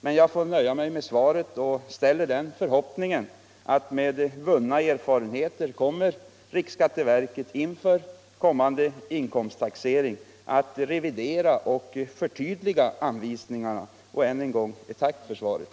Men jag får nöja mig med svaret och uttalar den förhoppningen att med vunna erfarenheter skall riksskatteverket inför kommande inkomsttaxering revidera och förtydliga anvisningarna. Än en gång tack för svaret.